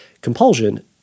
compulsion